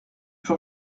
pour